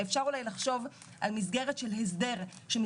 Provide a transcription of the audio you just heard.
ואפשר אולי לחשוב על מסגרת של הסדר שיהיה